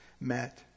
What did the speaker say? met